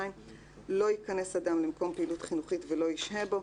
2. לא ייכנס אדם למקום פעילות חינוכית ולא ישהה בו,